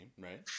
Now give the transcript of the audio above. right